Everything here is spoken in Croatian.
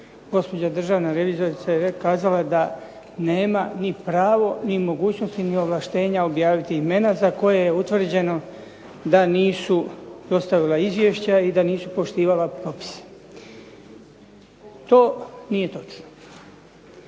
gospođo državna revizorica je kazala da nema ni pravo ni mogućnosti ni ovlaštenja objaviti imena za koje je utvrđeno da nisu dostavila izvješća i da nisu poštivala propise. To nije točno.